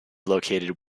located